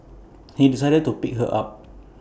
he decided to pick her up